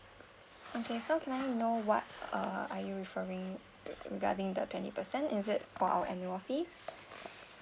okay so can I know what uh are you referring regarding the twenty percent is it for our annual fees